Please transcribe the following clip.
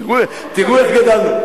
תראו איך גדלנו.